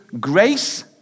grace